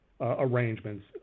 Arrangements